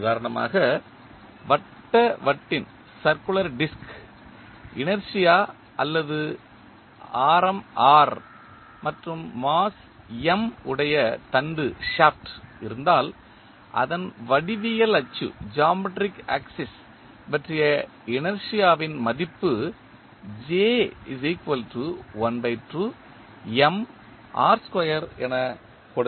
உதாரணமாக வட்ட வட்டின் இனர்ஷியா அல்லது ஆரம் r மற்றும் மாஸ் M உடைய தண்டு இருந்தால் அதன் வடிவியல் அச்சு பற்றிய இனர்ஷியாவின் மதிப்பு என கொடுக்கப்படுகிறது